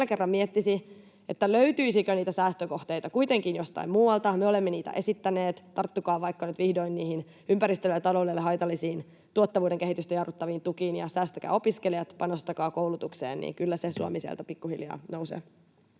miettisi, löytyisikö niitä säästökohteita kuitenkin jostain muualta. Me olemme niitä esittäneet. Tarttukaa vaikka nyt vihdoin niihin ympäristölle ja taloudelle haitallisiin, tuottavuuden kehitystä jarruttaviin tukiin ja säästäkää opiskelijat ja panostakaa koulutukseen, niin kyllä se Suomi sieltä pikkuhiljaa nousee.